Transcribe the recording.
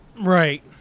Right